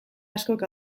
askok